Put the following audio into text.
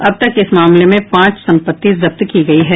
अब तक इस मामले में पांच संपत्ति जब्त की गई है